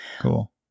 Cool